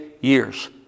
years